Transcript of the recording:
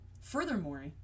Furthermore